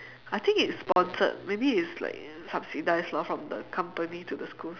I think it's sponsored maybe it's like subsidized lah from the company to the schools